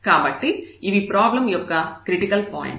కాబట్టి ఇవి ఈ ప్రాబ్లం యొక్క క్రిటికల్ పాయింట్లు